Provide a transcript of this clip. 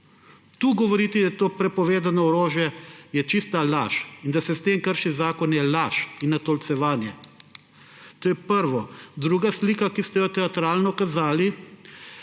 Tu govoriti, da je to prepovedano orožje, je čista laž, in da se s tem krši zakon, je laž in natolcevanje. To je prvo. Druga slika, ki ste jo teatralno kazali,